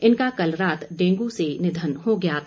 इनका कल रात डेंगू से निधन हो गया था